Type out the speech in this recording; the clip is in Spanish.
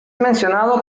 mencionado